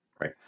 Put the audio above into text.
Right